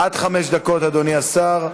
עד חמש דקות, אדוני השר.